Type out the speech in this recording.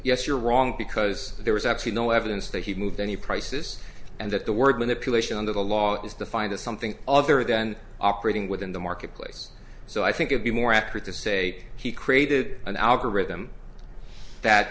yes you're wrong because there was actually no evidence that he moved any prices and that the word manipulation under the law is defined as something other than operating within the marketplace so i think it be more accurate to say he created an algorithm that